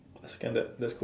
standard let's go